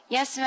Yes